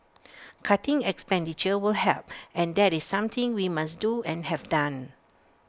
cutting expenditure will help and that is something we must do and have done